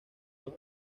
dos